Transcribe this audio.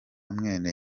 mwene